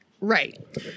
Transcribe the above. Right